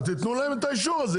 אז תתנו להם את האישור הזה,